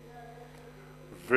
גם,